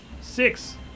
six